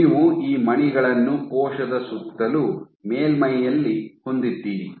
ನೀವು ಈ ಮಣಿಗಳನ್ನು ಕೋಶದ ಸುತ್ತಲೂ ಮೇಲ್ಮೈಯಲ್ಲಿ ಹೊಂದಿದ್ದೀರಿ